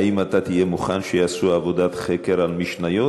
האם אתה תהיה מוכן שיעשו עבודת חקר על משניות,